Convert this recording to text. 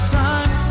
time